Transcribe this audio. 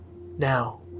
Now